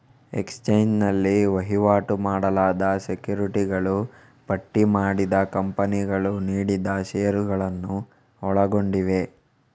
exchange ನಲ್ಲಿ ವಹಿವಾಟು ಮಾಡಲಾದ ಸೆಕ್ಯುರಿಟಿಗಳು ಪಟ್ಟಿ ಮಾಡಿದ ಕಂಪನಿಗಳು ನೀಡಿದ ಷೇರುಗಳನ್ನು ಒಳಗೊಂಡಿವೆ